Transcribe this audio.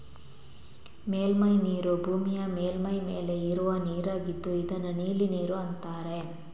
ಮೇಲ್ಮೈ ನೀರು ಭೂಮಿಯ ಮೇಲ್ಮೈ ಮೇಲೆ ಇರುವ ನೀರಾಗಿದ್ದು ಇದನ್ನ ನೀಲಿ ನೀರು ಅಂತಾರೆ